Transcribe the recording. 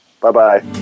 Bye-bye